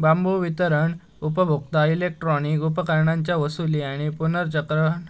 बांबू वितरण उपभोक्ता इलेक्ट्रॉनिक उपकरणांच्या वसूली आणि पुनर्चक्रण